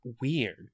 weird